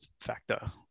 factor